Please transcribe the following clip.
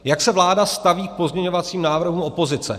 Jak se vláda staví k pozměňovacím návrhům opozice?